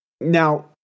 Now